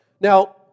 Now